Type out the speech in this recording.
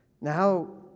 Now